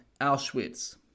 Auschwitz